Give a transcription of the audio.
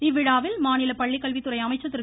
இவ்விழாவில் மாநில பள்ளிக்கல்வித்துறை அமைச்சர் திரு